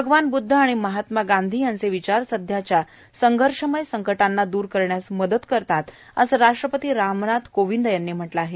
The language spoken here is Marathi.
भगवान बुदध आणि महात्मा गांधी यांचे विचार सध्याच्या संघर्षमय संकंटांना दुर करण्यास मदत करतात असं राष्ट्रपती रामनाथ कोविंद यांनी म्हटलं आहे